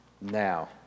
now